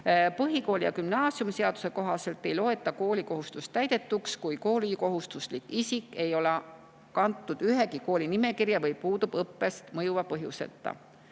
Põhikooli‑ ja gümnaasiumiseaduse kohaselt ei loeta koolikohustus täidetuks, kui koolikohustuslik isik ei ole kantud ühegi kooli nimekirja või puudub õppest mõjuva põhjuseta.